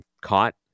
caught